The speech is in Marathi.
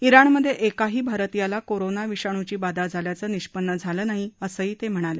इराणमध्ये एकाही भारतीयाला कोरोना विषाणूची बाधा झाल्याचं निष्पन्न झालं नाही असंही ते म्हणाले